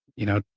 you know,